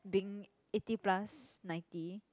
being eighty plus ninety